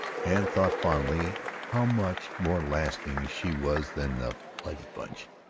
and thought fondly how much more lasting she was than the flighty bunch.